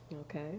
okay